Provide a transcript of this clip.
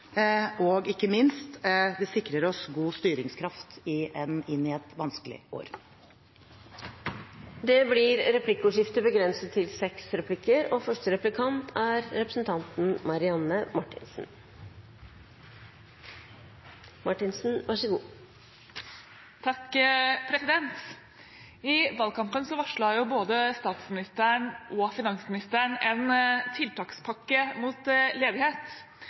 – ikke minst – det sikrer oss god styringskraft inn i et vanskelig år. Det blir replikkordskifte. I valgkampen varslet både statsministeren og finansministeren en tiltakspakke mot ledighet.